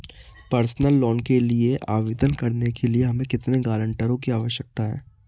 Personal loan के लिए आवेदन करने के लिए हमें कितने गारंटरों की आवश्यकता है?